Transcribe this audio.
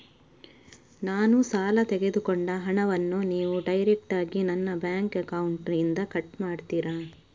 ನಾನು ಸಾಲ ತೆಗೆದುಕೊಂಡ ಹಣವನ್ನು ನೀವು ಡೈರೆಕ್ಟಾಗಿ ನನ್ನ ಬ್ಯಾಂಕ್ ಅಕೌಂಟ್ ಇಂದ ಕಟ್ ಮಾಡ್ತೀರಾ?